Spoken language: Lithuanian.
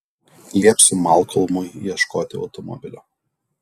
liepsiu malkolmui ieškoti automobilio